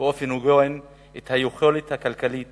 באופן הוגן את היכולת הכלכלית